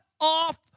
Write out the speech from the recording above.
off